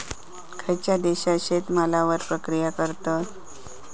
खयच्या देशात शेतमालावर प्रक्रिया करतत?